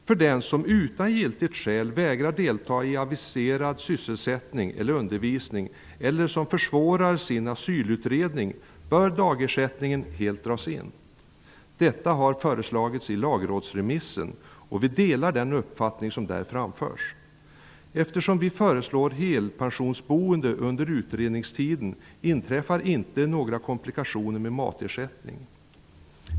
För den som utan giltigt skäl vägrar att delta i aviserad sysselsättning eller undervisning eller som försvårar sin asylutredning bör dagersättningen helt dras in. Detta har föreslagits i lagrådsremissen, och vi delar den uppfattning som där framförs. Eftersom vi föreslår helpensionsboende under utredningstiden inträffar inte några komplikationer med matersättning.